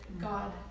God